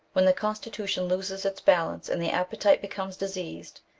when the constitution loses its balance, and the appetite becomes diseased.